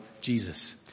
Jesus